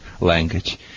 language